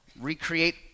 recreate